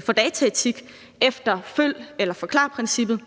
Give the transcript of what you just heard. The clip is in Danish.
for dataetik efter følg eller forklar-princippet.